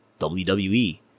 WWE